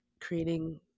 creating